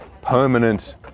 permanent